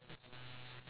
ya